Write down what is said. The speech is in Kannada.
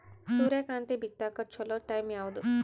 ಸೂರ್ಯಕಾಂತಿ ಬಿತ್ತಕ ಚೋಲೊ ಟೈಂ ಯಾವುದು?